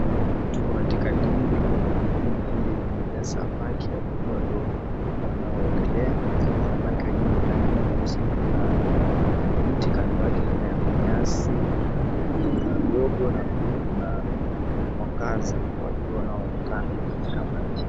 Tuko katika dimbwi la maji. Dimbwi hili limejaa samaki wadogo wadogo wanaoogelea. Samaki wenyewe ni rangi nyeusi. Kuna mti kando yake aina ya manyasi na kuna mwangaza wa jua unaoonekana katika maji.